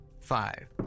five